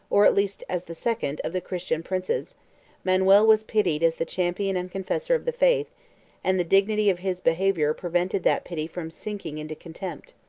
or, at least, as the second, of the christian princes manuel was pitied as the champion and confessor of the faith and the dignity of his behavior prevented that pity from sinking into contempt.